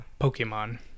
Pokemon